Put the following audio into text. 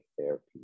therapy